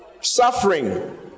Suffering